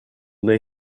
they